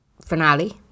Finale